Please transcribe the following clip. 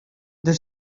der